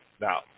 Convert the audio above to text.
Now